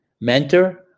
mentor